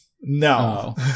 No